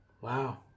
Wow